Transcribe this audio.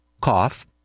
cough